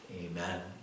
Amen